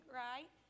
right